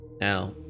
Now